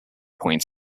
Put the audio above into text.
point